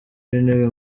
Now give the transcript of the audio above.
w’intebe